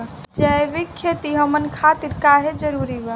जैविक खेती हमन खातिर काहे जरूरी बा?